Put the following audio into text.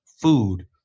food